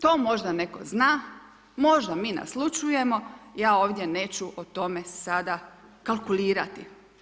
To možda netko zna, možda mi naslućujemo ja ovdje neću o tome sada kalkulirati.